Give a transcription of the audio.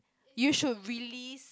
you should release